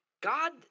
God